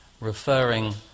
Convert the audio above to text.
Referring